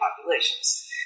populations